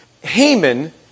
Haman